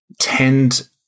tend